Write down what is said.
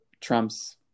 Trump's